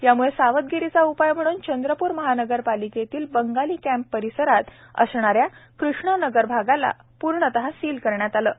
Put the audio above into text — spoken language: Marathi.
याम्ळे सावधगिरीचा उपाय म्हणून चंद्रपूर महानगरातील बंगाली कम्प परिसरात असणाऱ्या क्रिष्णा नगर भागाला पूर्णतः सिल करण्यात आले आहेत